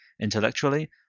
intellectually